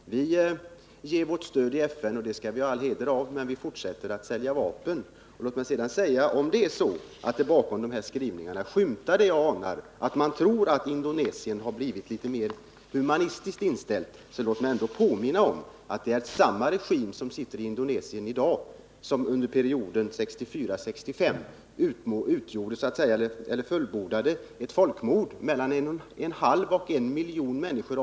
Vi ger vårt stöd i FN — det har vi all heder av — men vi fortsätter att sälja vapen till Indonesien. Om det är så att det bakom de här skrivningarna skymtar det jag anar, att man tror att Indonesien har blivit litet mer humanitärt inställt, låt mig då åtminstone påminna om att det är samma regim i Indonesien i dag som den som 1965 fullbordade ett folkmord på mellan en halv och en miljon människor.